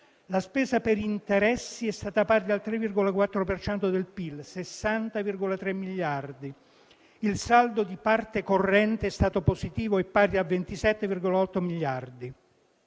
La spesa per interessi è stata pari al 3,4 per cento del PIL (60,3 miliardi di euro). Il saldo di parte corrente è stato positivo e pari a 27,8 miliardi